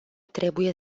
trebuie